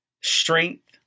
strength